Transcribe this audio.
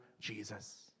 Jesus